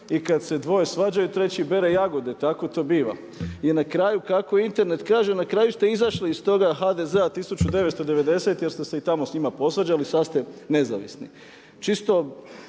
i kad se dvoje svađaju treći bere jagode. Tako to biva. I na kraju kako Internet kaže na kraju ste izašli iz toga HDZ-a 1990 jer ste se i tamo s njima posvađali, sad ste nezavisni. Čisto